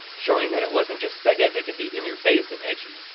showing that it wasn't just sega that could be in your face and edgy.